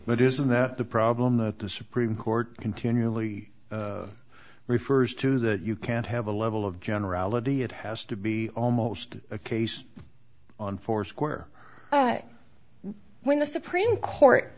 but isn't that the problem that the supreme court continually refers to that you can't have a level of generality it has to be almost a case on foursquare when the supreme court